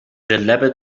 لبت